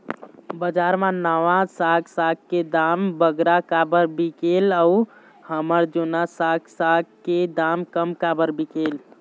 बजार मा नावा साग साग के दाम बगरा काबर बिकेल अऊ हमर जूना साग साग के दाम कम काबर बिकेल?